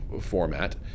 format